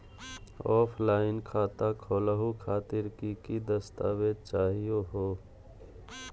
Offline खाता खोलहु खातिर की की दस्तावेज चाहीयो हो?